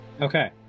Okay